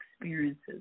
experiences